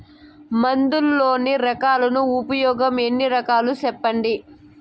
మందులలోని రకాలను ఉపయోగం ఎన్ని రకాలు? సెప్పండి?